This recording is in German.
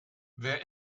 wer